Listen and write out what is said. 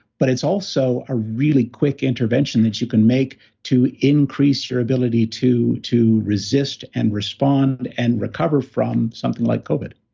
but it's also a really quick intervention that you can make to increase your ability to to resist and respond and recover from something like covid